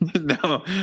No